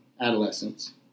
adolescence